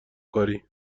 کاری